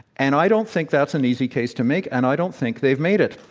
and i don't think that's an easy case to make, and i don't think they've made it.